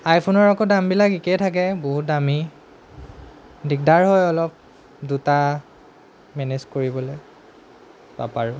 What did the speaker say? আইফোনৰ আকৌ দামবিলাক একেই থাকে বহুত দামী দিগদাৰ হয় অলপ দুটা মেনেজ কৰিবলৈ বা পাৰোঁ